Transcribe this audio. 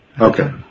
Okay